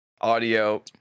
audio